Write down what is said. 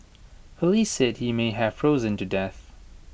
Police said he may have frozen to death